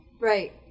Right